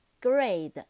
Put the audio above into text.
Grade